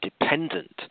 dependent